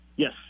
Yes